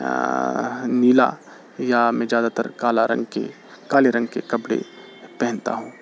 نیلا یا میں زیادہ تر کالا رنگ کے کالے رنگ کے کپڑے پہنتا ہوں